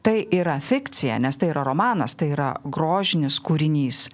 tai yra fikcija nes tai yra romanas tai yra grožinis kūrinys